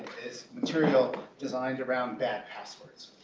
is material designed around bad passwords.